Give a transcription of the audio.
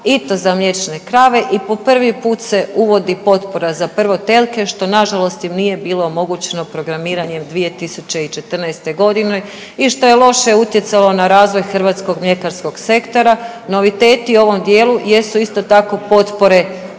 i to za mliječne krave i po prvi put se uvodi potpora za prvotelke što nažalost im nije bilo omogućeno programiranjem 2014.g. i što je loše utjecalo na razvoj hrvatskog mljekarskog sektora. Noviteti u ovom dijelu jesu isto tako potpore